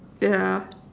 yeah